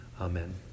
Amen